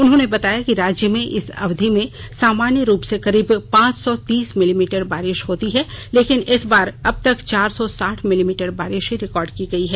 उन्होंने बताया कि राज्य में इस अवधि में सामान्य रूप से करीब पांच सौ तीस मिलीमीटर बारिश होती है लेकिन इस बार अब तक चार सौ साठ मिलीमीटर बारिश ही रिकॉर्ड की गयी है